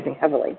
heavily